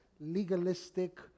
legalistic